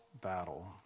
battle